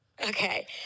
Okay